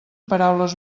paraules